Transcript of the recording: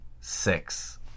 six